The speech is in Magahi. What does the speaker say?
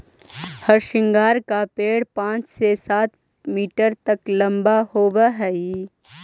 हरसिंगार का पेड़ पाँच से सात मीटर तक लंबा होवअ हई